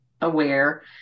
aware